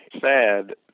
sad